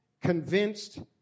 convinced